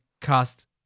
cast